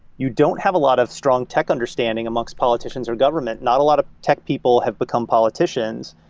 you don't have a lot of strong tech understanding amongst politicians or government. not a lot of tech people have become politicians.